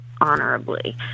honorably